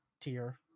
tier